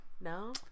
No